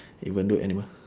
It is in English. even though animal